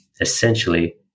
essentially